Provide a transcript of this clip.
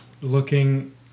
looking